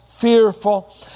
fearful